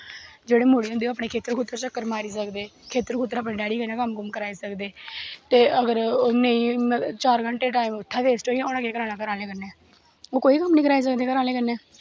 जेह्ड़े मुड़े होंदे ओह् अपने खेत्तर खुत्तर चक्कर मारी सकदे खेत्तर खुत्तर अपने डैड़ी कन्नै कम्म कुम्म कराई सकदे अगर चार घैंटे दा टैम उत्थै वेस्ट होई जा ते उ'नें केह् कराना घरे आह्लै कन्नै ओह् कोई कम्म निं कराई सकदे घरे आह्लें कन्नै